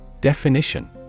Definition